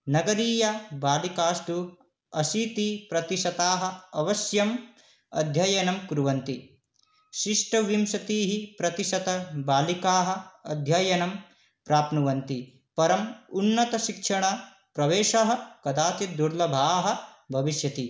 नगरीया बालिकास्तु अशीतिः प्रतिशताः अवश्यम् अध्ययनं कुर्वन्ति षड्विंशतिः प्रतिशताः बालिकाः अध्ययनं प्राप्नुवन्ति परम् उन्नतशिक्षणप्रवेशं कदाचित् दुर्लभाः भविष्यति